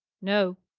no.